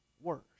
worse